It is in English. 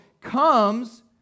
comes